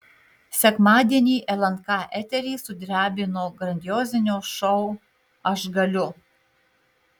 sekmadienį lnk eterį sudrebino grandiozinio šou aš galiu